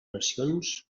nacions